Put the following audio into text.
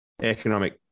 economic